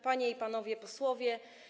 Panie i Panowie Posłowie!